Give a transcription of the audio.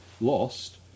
lost